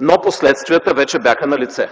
Но последствията вече бяха налице.